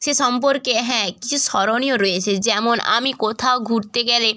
সে সম্পর্কে হ্যাঁ কিছু স্মরণীয় রয়েছে যেমন আমি কোথাও ঘুরতে গেলে